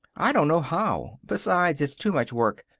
i don't know how. besides, it's too much work.